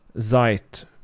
Zeit